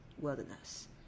wilderness